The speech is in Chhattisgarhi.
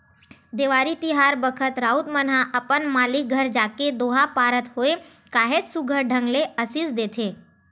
देवारी तिहार बखत राउत मन ह अपन मालिक घर जाके दोहा पारत होय काहेच सुग्घर ढंग ले असीस देथे